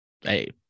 Hey